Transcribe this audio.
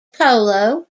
polo